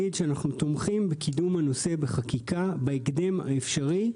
אנחנו תומכים בקידום הנושא בחקיקה בהקדם האפשרי.